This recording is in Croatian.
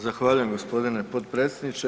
Zahvaljujem gospodine potpredsjedniče.